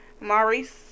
Maurice